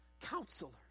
Counselor